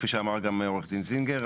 כפי שאמר גם עורך הדין זינגר,